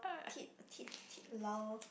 tip tip tip 老